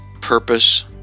purpose